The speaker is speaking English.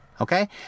okay